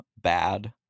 bad